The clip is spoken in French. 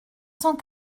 cent